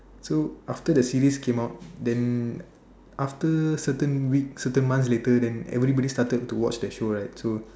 so after the series came out then after certain weeks certain months later then everybody started to watch that show right so